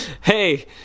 Hey